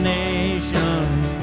nations